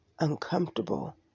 uncomfortable